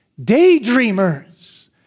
daydreamers